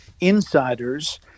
insiders